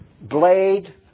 blade